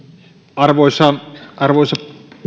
arvoisa arvoisa